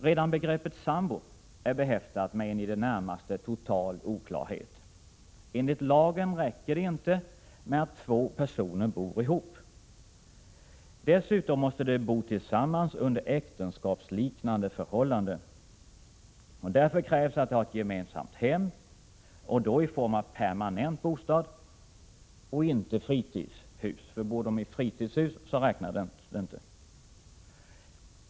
Redan begreppet ”sambo” är behäftat med en i det närmaste total oklarhet. Enligt lagen räcker det inte med att två personer bor ihop. Dessutom måste de bo tillsammans under äktenskapsliknande förhållanden. Därför krävs att de har ett gemensamt hem och då i form av permanent bostad och inte fritidshus — bor de i fritidshus räknas de inte som sambor.